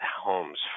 homes